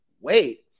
wait